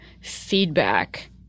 feedback